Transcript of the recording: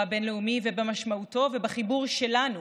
הבין-לאומי ובמשמעותו ובחיבור שלנו